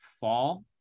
fall